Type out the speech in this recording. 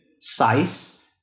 size